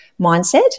mindset